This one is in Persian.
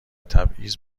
تبعیض